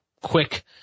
quick